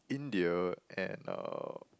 India and uh